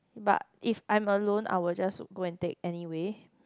but if I'm alone I will just go and take anyway